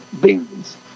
beans